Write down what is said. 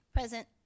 Present